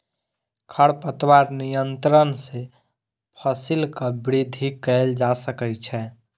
खरपतवार नियंत्रण सॅ फसीलक वृद्धि कएल जा सकै छै